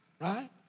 right